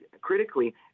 critically